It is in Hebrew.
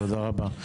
תודה רבה.